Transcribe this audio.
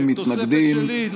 סיעת הליכוד,